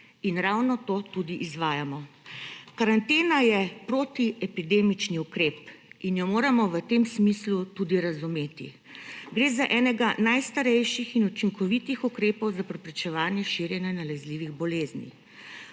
In ravno to tudi izvajamo. Karantena je protiepidemični ukrep in jo moramo v tem smislu tudi razumeti. Gre za enega najstarejših in učinkovitih ukrepov za preprečevanje širjenja nalezljivih bolezni.